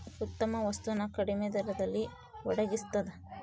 ಉತ್ತಮ ವಸ್ತು ನ ಕಡಿಮೆ ದರದಲ್ಲಿ ಒಡಗಿಸ್ತಾದ